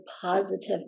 positive